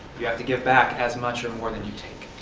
you have to give back as much or more than you take.